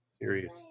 serious